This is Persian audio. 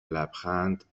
لبخند